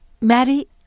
Maddie